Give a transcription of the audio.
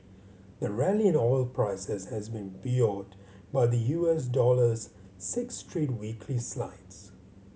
the rally in oil prices has been buoyed by the U S dollar's six straight weekly slides